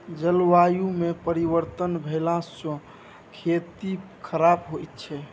जलवायुमे परिवर्तन भेलासँ खेती खराप होए छै